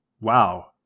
Wow